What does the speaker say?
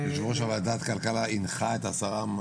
יו"ר ועדת הכלכלה הנחה את השרה?